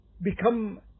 become